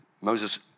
Moses